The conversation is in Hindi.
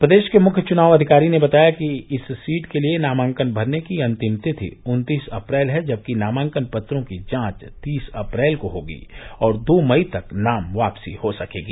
प्रदेश के मुख्य चुनाव अधिकारी ने बताया कि इस सीट के लिए नामांकन भरने की अंतिम तिथि उन्तीस अप्रैल है जबकि नामांकन पत्रों की जांच तीस अप्रैल को होगी और दो मई तक नाम वापसी हो सकेगी